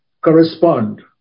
correspond